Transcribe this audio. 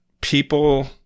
people